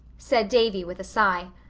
said davy with a sigh.